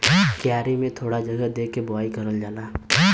क्यारी में थोड़ा जगह दे के बोवाई करल जाला